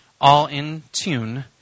all-in-tune